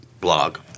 blog